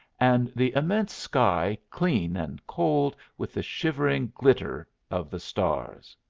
and the immense sky clean and cold with the shivering glitter of the stars.